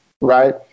right